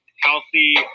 healthy